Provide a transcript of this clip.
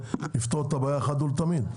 לפתור את הבעיה אחת ולתמיד,